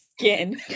skin